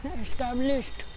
established